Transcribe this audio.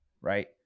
right